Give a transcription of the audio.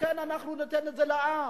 לכן אנחנו ניתן את זה לעם.